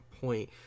point